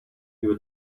you